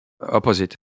opposite